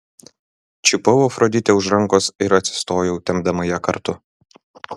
čiupau afroditę už rankos ir atsistojau tempdama ją kartu